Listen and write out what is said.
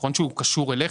זה נכון שהוא קשור אליך,